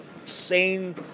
insane